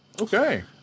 Okay